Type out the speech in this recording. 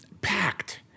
packed